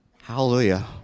hallelujah